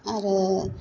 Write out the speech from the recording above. आरो